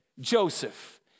Joseph